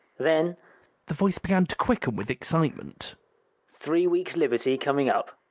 then the voice began to quicken with excitement three weeks' liberty coming up!